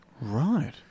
right